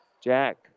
Jack